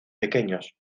pequeños